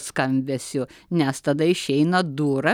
skambesiu nes tada išeina dūra